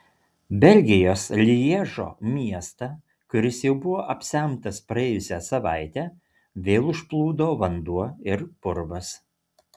belgijos lježo miestą kuris jau buvo apsemtas praėjusią savaitę vėl užplūdo vanduo ir purvas